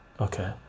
Okay